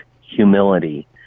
humility